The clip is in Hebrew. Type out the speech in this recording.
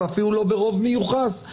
ואפילו לא ברוב מיוחס,